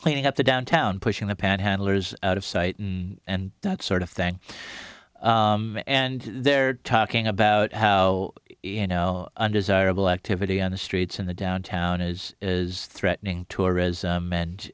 cleaning up the downtown pushing the panhandlers out of sight and that sort of thing and they're talking about how you know undesirable activity on the streets in the downtown is is threatening to or is mean